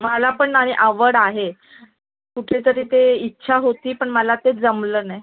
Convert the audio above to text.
माला पण आणि आवड आहे कुठेतरी ते इच्छा होती पण मला ते जमलं नाही